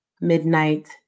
midnight